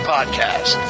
Podcast